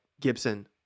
gibson